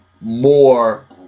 more